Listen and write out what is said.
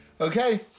Okay